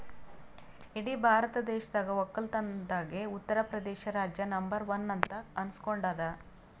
ಇಡೀ ಭಾರತ ದೇಶದಾಗ್ ವಕ್ಕಲತನ್ದಾಗೆ ಉತ್ತರ್ ಪ್ರದೇಶ್ ರಾಜ್ಯ ನಂಬರ್ ಒನ್ ಅಂತ್ ಅನಸ್ಕೊಂಡಾದ್